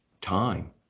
time